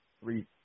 three